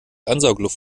ansaugluft